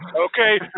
Okay